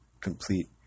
complete